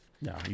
No